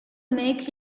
make